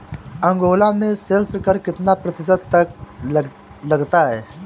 Angola में sales कर कितना प्रतिशत तक लगता है?